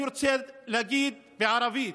אני רוצה להגיד בערבית